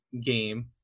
game